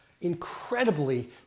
incredibly